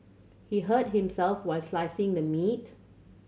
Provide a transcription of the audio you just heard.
he hurt himself while slicing the meat